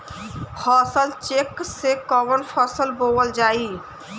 फसल चेकं से कवन फसल बोवल जाई?